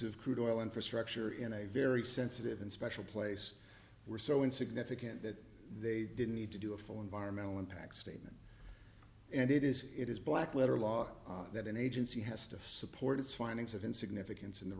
of crude oil infrastructure in a very sensitive and special place were so insignificant that they didn't need to do a full environmental impact statement and it is it is black letter law that an agency has to support its findings of in significance and the